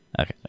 Okay